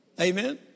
Amen